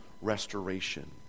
restoration